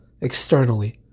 externally